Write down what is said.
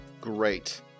Great